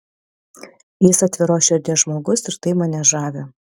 jis atviros širdies žmogus ir tai mane žavi